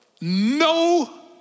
no